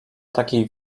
takich